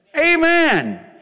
Amen